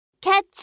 catch